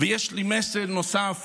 יש לי מסר נוסף